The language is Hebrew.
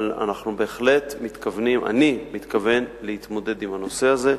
אבל אני מתכוון להתמודד עם הנושא הזה,